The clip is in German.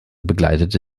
begleitete